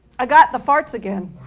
i got the farts again.